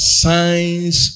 signs